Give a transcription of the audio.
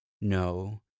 No